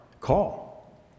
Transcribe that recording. call